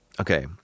Okay